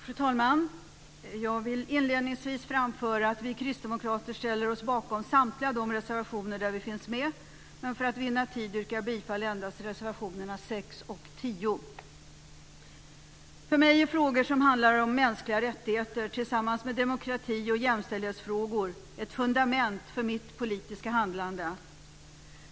Fru talman! Jag vill inledningsvis framföra att vi kristdemokrater ställer oss bakom samtliga de reservationer där vi finns med, men för att vinna tid yrkar jag bifall endast till reservationerna 6 och 10. För mig är frågor som handlar om mänskliga rättigheter tillsammans med demokrati och jämställdhetsfrågor ett fundament för mitt politiska handlande.